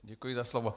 Děkuji za slovo.